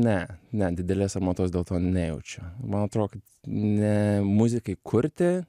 ne ne didelės sarmatos dėl to nejaučiu man atrodo kad ne muzikai kurti